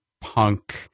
punk